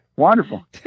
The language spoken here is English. Wonderful